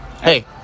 hey